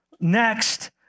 next